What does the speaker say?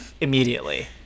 immediately